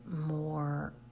more